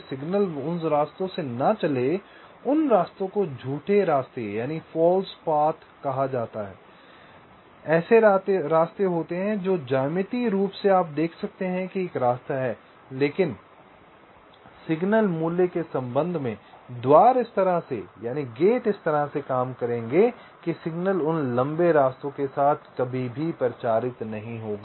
इन रास्तों को झूठे रास्ते कहा जाता है ऐसे रास्ते होते हैं जो ज्यामितीय रूप से आप देख सकते हैं कि एक रास्ता है लेकिन सिग्नल मूल्य के संबंध में द्वार इस तरह से काम करेंगे कि सिग्नल उन लंबे रास्तों के साथ कभी भी प्रचारित नहीं होगा